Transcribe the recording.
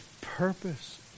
purpose